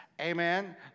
Amen